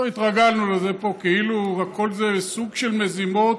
כבר התרגלנו לזה פה, כאילו הכול זה סוג של מזימות,